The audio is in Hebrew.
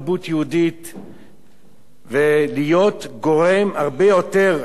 ולהיות גורם הרבה יותר חיובי וחינוכי,